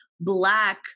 black